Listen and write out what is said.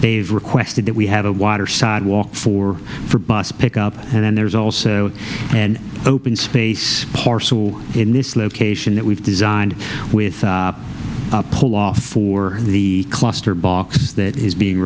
they've requested that we had a water sidewalk for for boss pick up and then there's also an open space parcel in this location that we've designed with a pull off for the cluster box that is being